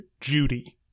Judy